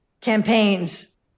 campaigns